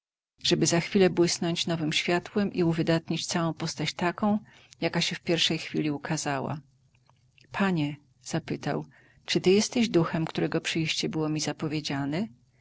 żeby za chwilę błysnąć nowem światłem i uwydatnić całą postać taką jaka się w pierwszej chwili ukazała panie zapytał scrooge czy ty jesteś duchem którego przyjście było mi zapowiedziane